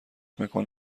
مکان